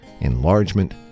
enlargement